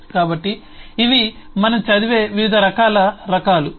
కాబట్టి ఇవి మనం చదివే వివిధ రకాల రకాలు